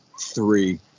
three